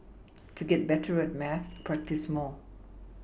to get better at maths practise more